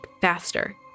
faster